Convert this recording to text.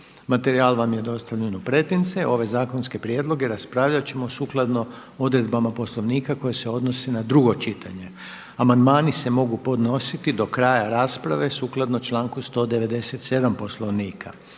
Materijal vam je dostavljen u pretince. Ove zakonske prijedloge raspravljat ćemo sukladno odredbama Poslovnika koje se odnose na drugo čitanje. Amandmani se mogu podnositi do kraja rasprave sukladno članku 197. Poslovnika.